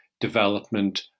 development